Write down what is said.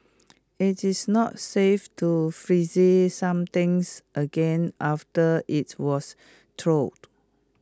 IT is not safe to freezing something again after IT was thawed